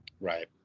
right